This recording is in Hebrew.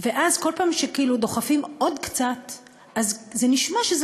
אז כל פעם שדוחפים עוד קצת נשמע שזה